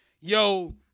yo